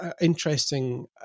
interesting